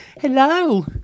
Hello